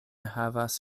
havas